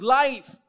life